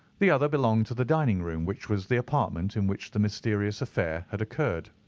the other belonged to the dining-room, which was the apartment in which the mysterious affair had occurred.